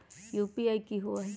UPI कि होअ हई?